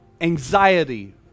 anxiety